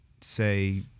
say